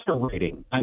rating